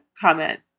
comment